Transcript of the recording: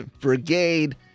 brigade